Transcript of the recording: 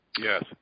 Yes